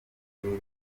karere